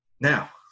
Now